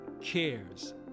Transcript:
cares